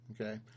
Okay